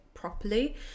Properly